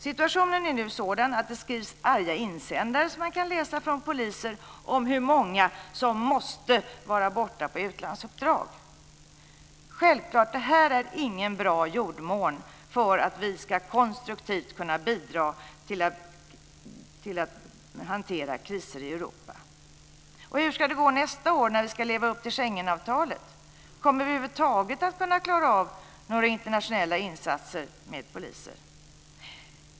Situationen är nu sådan att man kan läsa arga insändare skrivna av poliser om hur många som måste vara borta på utlandsuppdrag. Självklart är det här ingen bra jordmån för att vi konstruktivt ska kunna bidra till att hantera kriser i Europa. Hur ska det gå nästa år, när vi ska leva upp till Schengenavtalet? Kommer vi över huvud taget att klara av några internationella insatser med poliser?